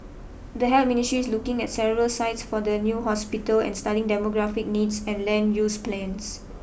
the Ministry is looking at several sites for the new hospital and studying demographic needs and land use plans